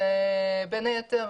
בין היתר,